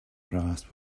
grasp